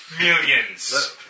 millions